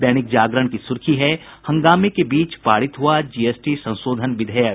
दैनिक जागरण की सुर्खी है हंगामे के बीच पारित हुआ जीएसटी संशोधन विधेयक